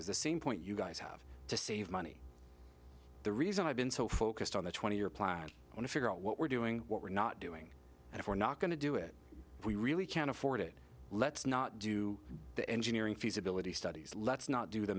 is the same point you guys have to save money the reason i've been so focused on the twenty year plan i want to figure out what we're doing what we're not doing and if we're not going to do it we really can't afford it let's not do the engineering feasibility studies let's not do the